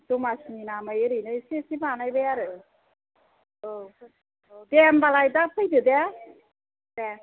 दमासिनि नामै ओरैनो एसे एसे बानायबाय आरो औ दे होनब्लालाय दा फैदो दे